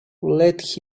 let